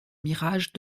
mirages